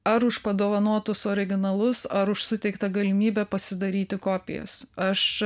ar už padovanotus originalus ar už suteiktą galimybę pasidaryti kopijas aš